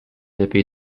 lepiej